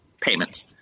payment